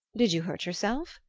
did you hurt yourself?